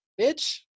bitch